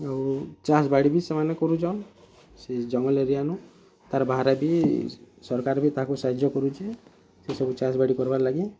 ଆଉ ଚାଷ୍ ବାଡ଼ି ବି ସେମାନେ କରୁଛନ୍ ସେ ଜଙ୍ଗଲ ଏରିଆନୁ ତା'ର୍ ବାହାରେ ବି ସରକାର୍ ବି ତାହାକୁଁ ସାହାଯ୍ୟ କରୁଛେ ସେ ସବୁ ଚାଷ୍ ବାଡ଼ି କରବା ଲାଗିର୍